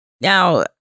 Now